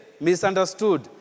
misunderstood